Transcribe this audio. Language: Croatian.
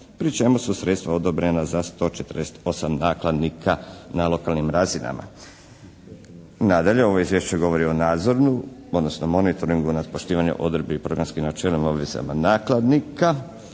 pri čemu su sredstva odobrena za 148 nakladnika na lokalnim razinama. Nadalje, ovo izvješće govori o nadzoru, odnosno monitoringu nad poštivanju odredbi i programskim načelima o obvezama nakladnika